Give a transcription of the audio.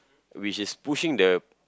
which is pushing the